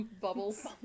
Bubbles